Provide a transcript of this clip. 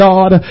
God